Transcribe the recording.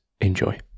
enjoy